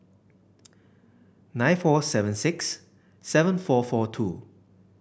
nine four seven six seven four four two